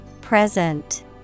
Present